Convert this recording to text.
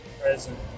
present